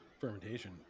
fermentation